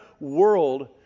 world